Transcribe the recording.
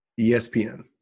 ESPN